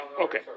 okay